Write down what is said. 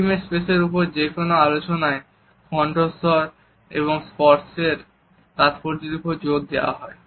intimate স্পেসের উপর যে কোনো আলোচনায় কণ্ঠস্বর এবং স্পর্শের তাৎপর্যের ওপর জোর দেওয়া হয়